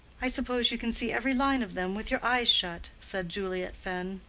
i suppose you can see every line of them with your eyes shut, said juliet fenn.